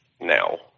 Now